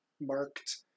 marked